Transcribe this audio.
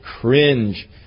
cringe